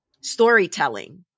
storytelling